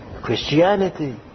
Christianity